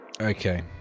Okay